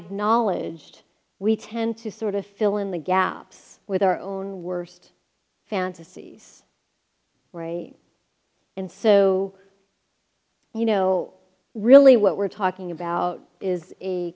acknowledged we tend to sort of fill in the gaps with our own worst fantasies and so you know really what we're talking about is a